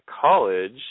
college